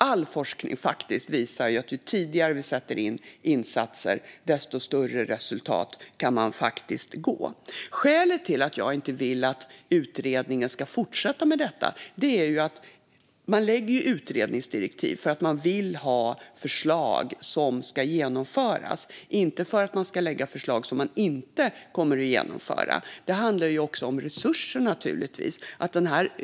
All forskning visar att ju tidigare man gör insatser, desto bättre resultat får man. Skälet till att jag inte vill att utredningen ska fortsätta med detta är att man ju skriver utredningsdirektiv för att man vill ha förslag som ska genomföras, inte för att förslag ska läggas fram som man inte kommer att genomföra. Det handlar naturligtvis också om resurser.